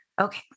Okay